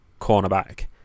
cornerback